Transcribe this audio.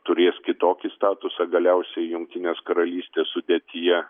turės kitokį statusą galiausiai jungtinės karalystės sudėtyje